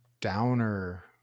downer